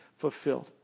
fulfilled